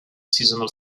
seasonal